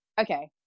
okay